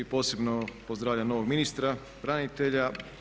Posebno pozdravljam novog ministra branitelja.